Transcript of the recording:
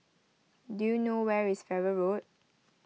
do you know where is Farrer Road